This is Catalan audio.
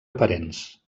parents